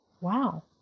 Wow